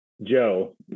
Joe